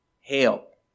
help